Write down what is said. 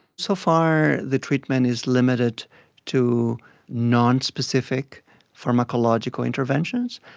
so far the treatment is limited to non-specific pharmacological interventions,